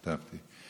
כתבתי.